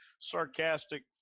sarcastic